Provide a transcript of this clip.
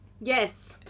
Yes